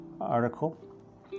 article